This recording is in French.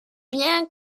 bien